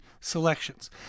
selections